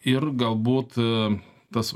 ir galbūt tas